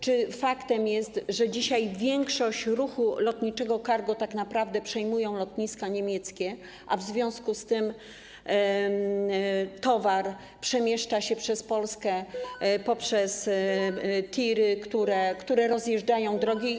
Czy faktem jest, że dzisiaj większość ruchu lotniczego cargo tak naprawdę przejmują lotniska niemieckie, a w związku z tym towar przemieszcza się przez Polskę tirami, które rozjeżdżają drogi?